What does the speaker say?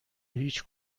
هیچ